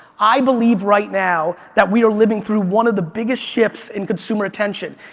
i believe right now that we are living through one of the biggest shifts in consumer attention.